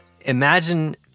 imagine